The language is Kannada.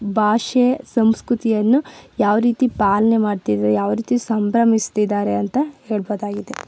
ಭಾಷೆ ಸಂಸ್ಕೃತಿಯನ್ನು ಯಾವರೀತಿ ಪಾಲನೆ ಮಾಡ್ತಿದೆ ಯಾವರೀತಿ ಸಂಭ್ರಮಿಸ್ತಿದ್ದಾರೆ ಅಂತ ಹೇಳ್ಬೊದಾಗಿದೆ